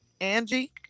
Angie